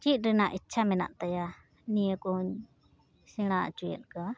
ᱪᱮᱫ ᱨᱮᱱᱟᱜ ᱤᱪᱪᱷᱟ ᱢᱮᱱᱟᱜ ᱛᱟᱭᱟ ᱱᱤᱭᱟᱹᱠᱚ ᱥᱮᱬᱟ ᱚᱪᱚᱭᱮᱫ ᱠᱚᱣᱟ